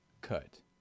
Cut